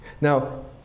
Now